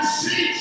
see